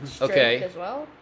Okay